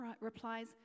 replies